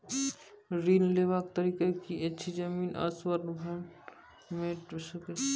ऋण लेवाक तरीका की ऐछि? जमीन आ स्वर्ण ऋण भेट सकै ये?